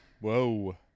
Whoa